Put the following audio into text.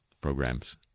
programs